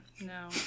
no